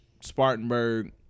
Spartanburg